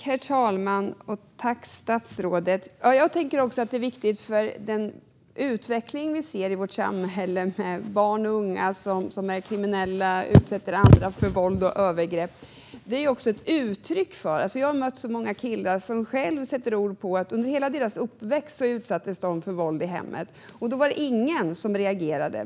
Herr talman! Jag tänker också att detta är viktigt för den utveckling vi ser i vårt samhälle, där barn och unga som är kriminella utsätter andra för våld och övergrepp. Jag har mött många killar som själva sätter ord på att de under hela sin uppväxt utsatts för våld i hemmet, och då var det ingen som reagerade.